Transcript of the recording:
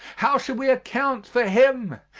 how shall we account for him?